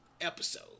episode